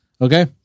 Okay